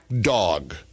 dog